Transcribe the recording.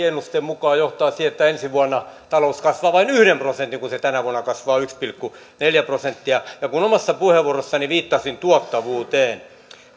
ennusteen mukaan johtaa siihen että ensi vuonna talous kasvaa vain yhden prosentin kun se tänä vuonna kasvaa yksi pilkku neljä prosenttia ja kun omassa puheenvuorossani viittasin tuottavuuteen